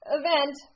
event